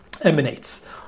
Emanates